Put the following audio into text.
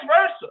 versa